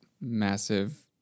massive